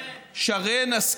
שרן.